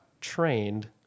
trained